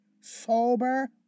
Sober